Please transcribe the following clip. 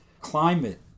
climate